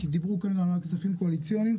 כי דיברו כאן על הכספים הקואליציוניים.